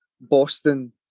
Boston